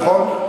נכון.